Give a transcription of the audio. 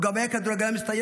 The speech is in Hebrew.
הוא גם היה כדורגלן מצטיין.